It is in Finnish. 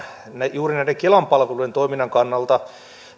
juuri näiden kelan palveluiden toiminnan kannalta